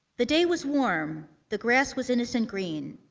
the day was warm, the grass was innocent green.